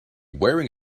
wearing